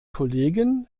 kollegen